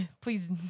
please